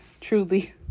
Truly